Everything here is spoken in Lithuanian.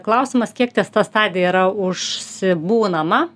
klausimas kiek ties ta stadija yra užsibūnama